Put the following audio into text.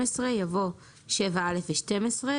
יבוא "7א ו12",